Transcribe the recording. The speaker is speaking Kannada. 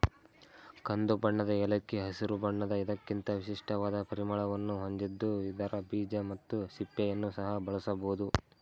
ಕಂದುಬಣ್ಣದ ಏಲಕ್ಕಿ ಹಸಿರು ಬಣ್ಣದ ಇದಕ್ಕಿಂತ ವಿಶಿಷ್ಟವಾದ ಪರಿಮಳವನ್ನು ಹೊಂದಿದ್ದು ಇದರ ಬೀಜ ಮತ್ತು ಸಿಪ್ಪೆಯನ್ನು ಸಹ ಬಳಸಬೋದು